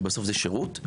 כי בסוף זה שירות,